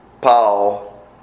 Paul